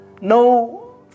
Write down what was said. No